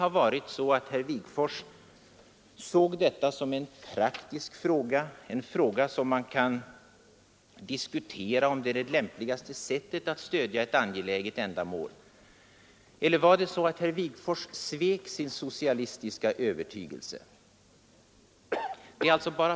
Såg Ernst Wigforss möjligen detta som en praktisk fråga, där man kan diskutera det lämpligaste sättet att stödja ett angeläget ändamål, eller svek Ernst Wigforss sin socialistiska övertygelse?